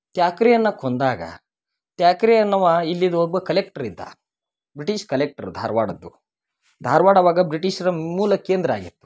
ತ್ಯಾಕ್ರಿಯನ್ನು ಕೊಂದಾಗ ತ್ಯಾಕ್ರಿಯನ್ನವ ಇಲ್ಲಿದ ಒಬ್ಬ ಕಲೆಕ್ಟ್ರ್ ಇದ್ದ ಬ್ರಿಟೀಷ್ ಕಲೆಕ್ಟ್ರ್ ಧಾರ್ವಾಡದ್ದು ಧಾರ್ವಾಡ ಆವಾಗ ಬ್ರಿಟೀಷರ ಮೂಲ ಕೇಂದ್ರ ಆಗಿತ್ತು